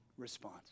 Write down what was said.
response